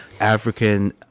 African